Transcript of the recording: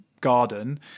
garden